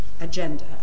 agenda